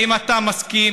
האם אתה מסכים?